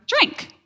drink